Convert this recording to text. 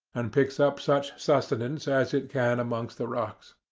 and picks up such sustenance as it can amongst the rocks.